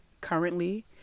Currently